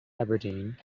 aberdeen